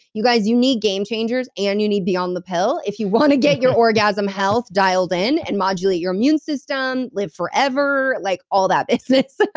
you guys, you need game changers, and you need beyond the pill, if you want to get your orgasm health dialed in, and modulate your immune system, live forever, like all that business